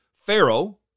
Pharaoh